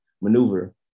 maneuver